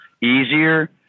easier